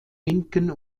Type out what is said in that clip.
linken